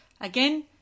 again